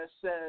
says